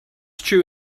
true